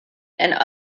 and